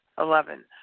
Eleven